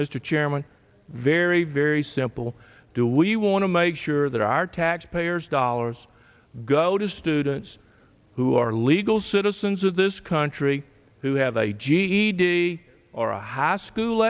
mr chairman very very simple do we want to make sure that our taxpayers dollars go to students who are legal citizens of this country who have a ged or a high school